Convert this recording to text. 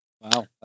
Wow